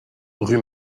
rue